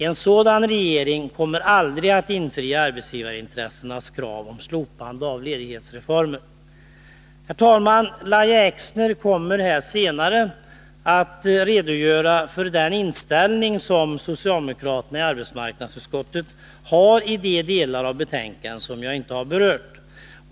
En sådan regering kommer aldrig att infria arbetsgivarintressenas krav på slopande av ledighetsreformer. Herr talman! Lahja Exner kommer senare att redogöra för den inställning som socialdemokraterna i arbetsmarknadsutskottet har i de delar av betänkandet som jag inte har berört.